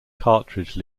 cartridge